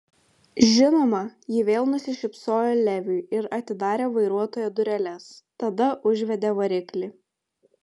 žinoma ji vėl nusišypsojo leviui ir atidarė vairuotojo dureles tada užvedė variklį